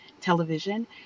television